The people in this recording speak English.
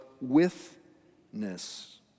witness